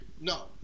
No